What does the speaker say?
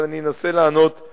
אבל אני אנסה לענות לפי